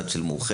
אחת של מאוחדת,